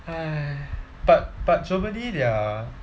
but but germany their